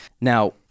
Now